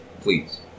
Please